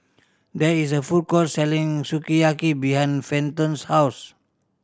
there is a food court selling Sukiyaki behind Fenton's house